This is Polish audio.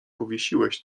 powiesiłeś